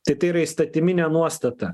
tai tai yra įstatyminė nuostata